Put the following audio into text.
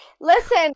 Listen